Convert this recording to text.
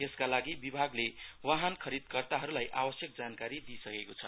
यसका लागि विभागले वाहन खरिदकर्ताहरुलाई आवश्यक जानकारी दिसकेकोछ